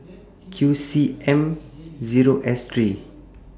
Q C M Zero S three